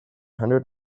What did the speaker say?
hundred